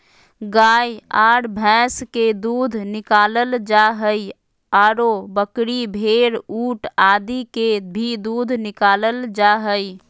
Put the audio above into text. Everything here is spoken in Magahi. गाय आर भैंस के दूध निकालल जा हई, आरो बकरी, भेड़, ऊंट आदि के भी दूध निकालल जा हई